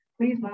Please